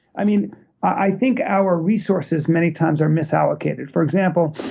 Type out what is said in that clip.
i mean i think our resources many times are misallocated. for example,